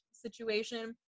Situation